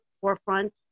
forefront